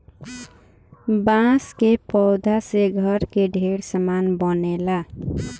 बांस के पौधा से घर के ढेरे सामान बनेला